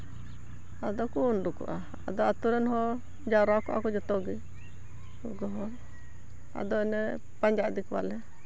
ᱟᱫᱚ ᱠᱚ ᱩᱰᱩᱝᱚᱜᱼᱟ ᱟᱫᱚ ᱟᱛᱩᱨᱮᱱ ᱦᱚᱲ ᱡᱟᱨᱣᱟ ᱠᱚᱜᱼᱟ ᱠᱚ ᱡᱚᱛᱚ ᱜᱮ ᱜᱚᱜᱚ ᱦᱚᱲ ᱟᱫᱚ ᱮᱱᱮ ᱯᱟᱸᱡᱟ ᱤᱫᱤ ᱠᱚᱣᱟ ᱞᱮ